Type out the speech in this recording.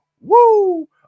Woo